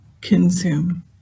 consume